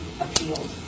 appealed